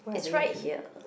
it's right here